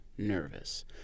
Nervous